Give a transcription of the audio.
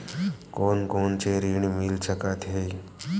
कोन कोन से ऋण मिल सकत हे?